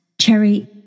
Cherry